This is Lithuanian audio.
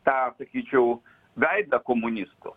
tą sakyčiau veidą komunistų